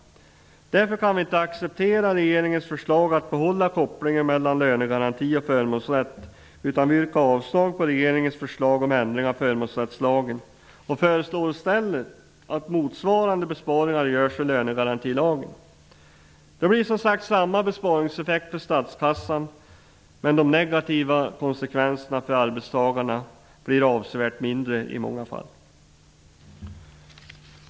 Därför kan vi inte acceptera regeringens förslag att behålla kopplingen mellan lönegaranti och förmånsrätt, utan vi yrkar avslag på regeringens förslag om ändring av förmånsrättslagen och föreslår i stället att motsvarande besparingar görs i lönegarantilagen. Det blir exakt samma besparingseffekt för statskassan, men de negativa konsekvenserna för arbetstagarna blir avsevärt mindre i många fall.